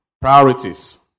priorities